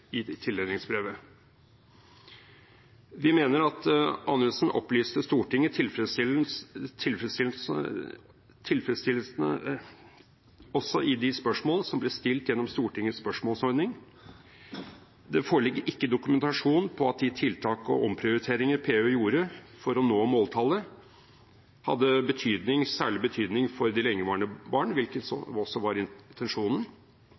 mener at Anundsen opplyste Stortinget tilfredsstillende også i de spørsmål som ble stilt gjennom Stortingets spørsmålsordning. Det foreligger ikke dokumentasjon på at de tiltak og omprioriteringer PU gjorde for å nå måltallet, hadde særlig betydning for de lengeværende barna, hvilket også var intensjonen.